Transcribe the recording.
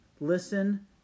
listen